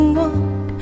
walk